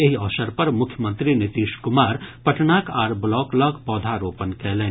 एहि अवसर पर मुख्यमंत्री नीतीश कुमार पटनाक आर ब्लॉक लऽग पौधारोपण कयलनि